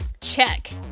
check